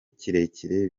kirekire